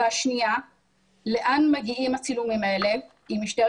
השאלה השנייה היא לאן מגיעים הצילומים האלה אם משטרת